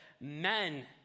men